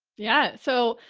yeah. so,